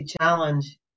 challenge